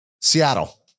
Seattle